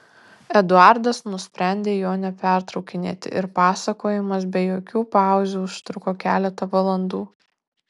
eduardas nusprendė jo nepertraukinėti ir pasakojimas be jokių pauzių užtruko keletą valandų